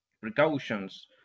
precautions